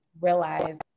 realize